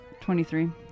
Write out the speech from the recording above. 23